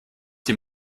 die